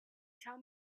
tell